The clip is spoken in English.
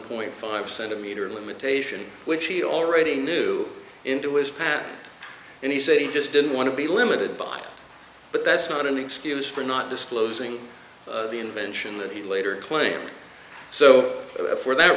point five centimeters limitation which he already knew into his patent and he said he just didn't want to be limited by but that's not an excuse for not disclosing the invention that he later claimed so for that